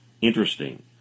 Interesting